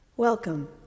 Welcome